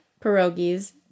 pierogies